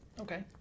Okay